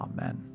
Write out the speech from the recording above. Amen